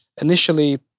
initially